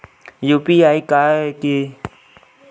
UPI का रिसकी हंव ए पईसा भेजे बर?